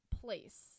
place